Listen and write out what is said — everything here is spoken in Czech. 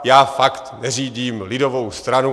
Já fakt neřídím lidovou stranu.